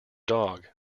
dog